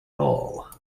all